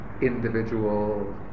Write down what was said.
individual